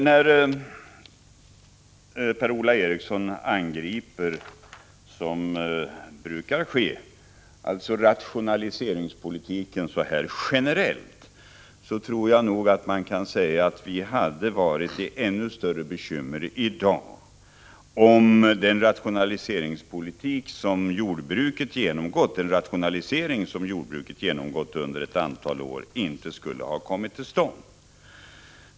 Per-Ola Eriksson angrep, som brukligt, rationaliseringspolitiken generellt. Jag tror att vi i dag hade haft ännu större bekymmer om den rationalisering som jordbruket genomgått under ett antal år inte skulle ha kommit till stånd.